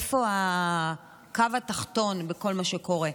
איפה הקו התחתון בכל מה שקורה?